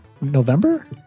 November